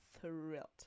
thrilled